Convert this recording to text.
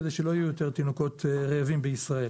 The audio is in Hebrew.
כדי שלא יהיו יותר תינוקות רעבים בישראל.